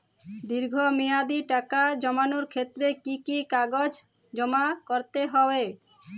দীর্ঘ মেয়াদি টাকা জমানোর ক্ষেত্রে কি কি কাগজ জমা করতে হবে?